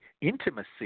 intimacy